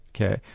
okay